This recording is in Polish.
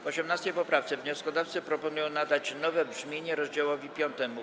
W 18. poprawce wnioskodawcy proponują nadać nowe brzmienie rozdziałowi 5.